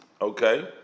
Okay